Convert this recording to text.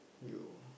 you